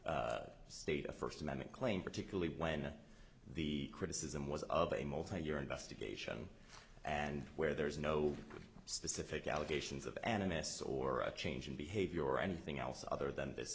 to state a first amendment claim particularly when the criticism was of a multi year investigation and where there is no specific allegations of animus or a change in behavior or anything else other than th